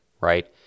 right